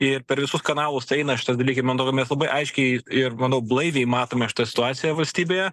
ir per visus kanalus eina šitas dalykai man atro kad mes labai aiškiai ir manau blaiviai matome šitą situaciją valstybėje